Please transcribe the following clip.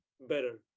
better